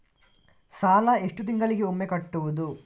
ಸಾಲ ಎಷ್ಟು ತಿಂಗಳಿಗೆ ಒಮ್ಮೆ ಕಟ್ಟುವುದು?